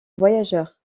voyageurs